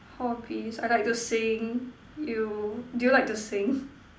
hobbies I like to sing you do you like to sing